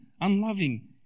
unloving